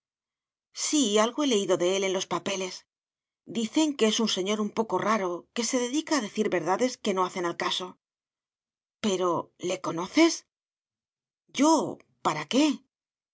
sí algo he leído de él en los papeles dicen que es un señor un poco raro que se dedica a decir verdades que no hacen al caso pero le conoces yo para qué